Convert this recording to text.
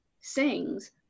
sings